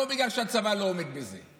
לא בגלל שהצבא לא עומד בזה,